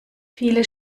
viele